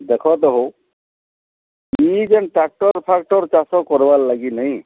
ଦେଖ ତ ହୋ ଦୁଇ ଜଣ ଟ୍ରାକଟର୍ ଫ୍ରାକଟର୍ ଚାଷ କର୍ବାର୍ ଲାଗି ନାହିଁ